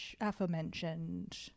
aforementioned